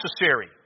necessary